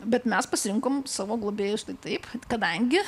bet mes pasirinkom savo globėjus tai taip kadangi